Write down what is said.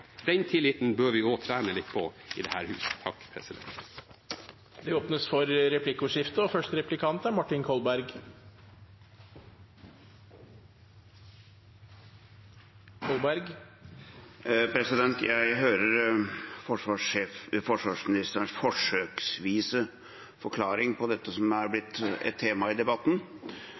Den tilliten bør vi trene litt på i dette huset. Det blir replikkordskifte. Jeg hører forsvarsministerens forsøksvise forklaring på dette som er blitt et tema i debatten.